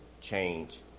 change